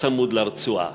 צמוד לרצועה.